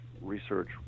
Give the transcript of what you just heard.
research